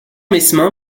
mesmin